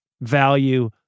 value